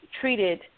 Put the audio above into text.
treated